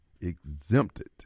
exempted